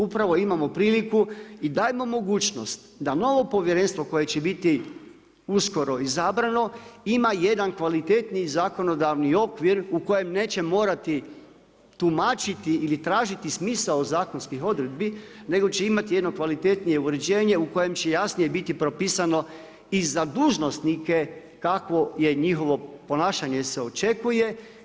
Upravo imamo priliku i dajmo mogućnost da novo povjerenstvo koje će biti uskoro izabrano ima jedan kvalitetniji zakonodavni okvir u kojem neće morati tumačiti ili tražiti smisao zakonskih odredbi, nego će imati jedno kvalitetnije uređenje u kojem će jasnije biti propisano i za dužnosnike kakvo je njihovo ponašanje se očekuje.